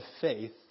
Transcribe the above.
faith